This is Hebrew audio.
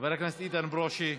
חבר הכנסת איתן ברושי,